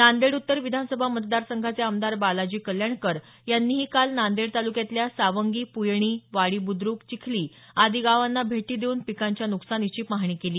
नांदेड उत्तर विधानसभा मतदारसंघाचे आमदार बालाजी कल्याणकर यांनीही काल नांदेड तालुक्यातल्या सावंगी पुयणी वाडी बुद्रुक चिखली आदी गावांना भेटी देऊन पिकांच्या नुकसानीची पाहणी केली